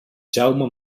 jaume